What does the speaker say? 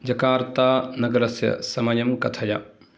Jakarta नगरस्य समयं कथय